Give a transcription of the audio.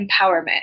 empowerment